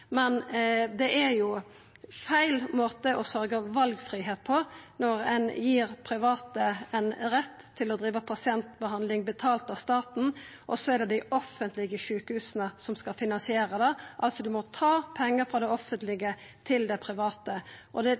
men det er feil måte å sørgja for valfridom på når ein gir private rett til å driva med pasientbehandling som er betalt av staten, og så er det dei offentlege sjukehusa som skal finansiera det. Ein må altså ta pengar frå det offentlege til dei private. Det er det